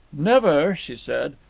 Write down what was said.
never, she said,